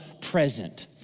present